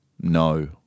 No